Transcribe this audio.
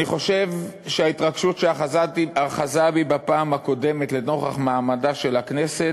אני חושב שההתרגשות שאחזה בי בפעם הקודמת לנוכח מעמדה של הכנסת,